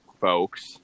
folks